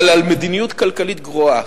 אבל על מדיניות כלכלית גרועה.